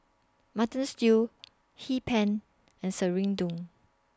Mutton Stew Hee Pan and Serunding